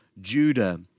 Judah